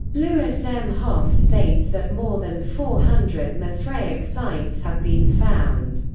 lewis m. hopfe states that more than four hundred mithraic sites have been found.